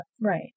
Right